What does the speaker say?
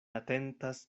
atentas